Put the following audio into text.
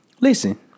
Listen